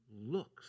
looks